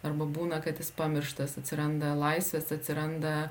arba būna kad jis pamirštas atsiranda laisvės atsiranda